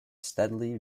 steadily